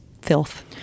filth